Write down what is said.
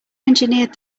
engineered